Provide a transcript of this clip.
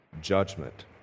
judgment